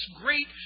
great